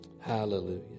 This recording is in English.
Hallelujah